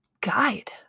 guide